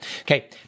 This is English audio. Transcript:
Okay